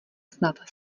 snad